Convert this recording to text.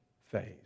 phase